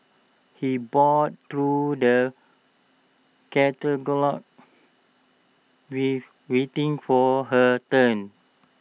he browsed through the catalogues waiting for her turn